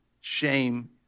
shame